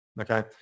okay